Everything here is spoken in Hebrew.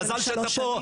מזל שאתה פה.